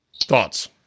Thoughts